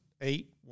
eight